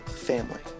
family